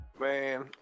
Man